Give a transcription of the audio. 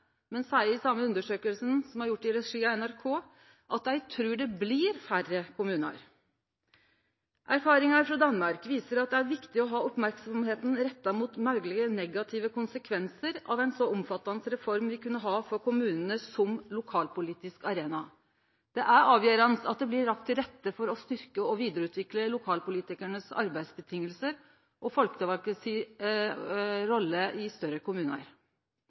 men seier i same undersøkinga, som er gjort av i regi av NRK, at dei trur det blir færre kommunar. Erfaringar frå Danmark viser at det er viktig å ha merksemda retta mot moglege negative konsekvensar som ein så omfattande reform vil kunne ha for kommunane som lokalpolitisk arena. Det er avgjerande at det blir lagt til å rette for å styrkje og vidareutvikle lokalpolitikaranes arbeidsvilkår og folkevalde si rolle i større kommunar.